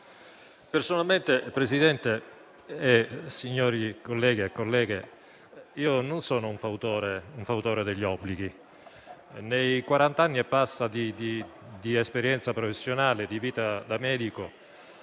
Personalmente, Presidente, signori colleghi e colleghe, non sono un fautore degli obblighi. Negli oltre quarant'anni di esperienza professionale e di vita da medico,